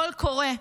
קול קורא: